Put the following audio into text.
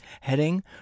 heading